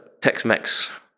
Tex-Mex